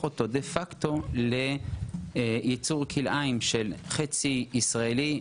אותו דה פקטו לייצור כלאיים של חצי ישראלי,